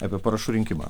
apie parašų rinkimą